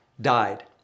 Died